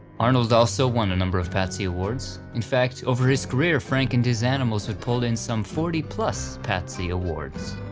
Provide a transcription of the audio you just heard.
arnold also won a number of patsy awards, in fact over his career frank and his animals would pull in some forty plus patsy awards.